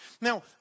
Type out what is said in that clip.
Now